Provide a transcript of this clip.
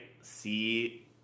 see